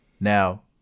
Now